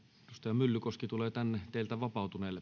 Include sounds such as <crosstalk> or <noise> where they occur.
myllykoski tulee tänne teiltä vapautuneelle <unintelligible>